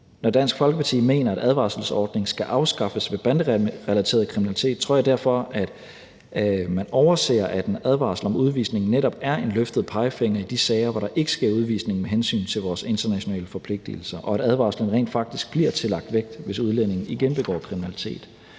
mener, af advarselsordningen skal afskaffes ved banderelateret kriminalitet, tror jeg derfor, at man overser, at en advarsel om udvisning netop er en løftet pegefinger i de sager, hvor der ikke sker udvisning med hensyn til vores internationale forpligtigelser, og at advarslen rent faktisk bliver tillagt vægt, hvis udlændingen igen begår kriminalitet.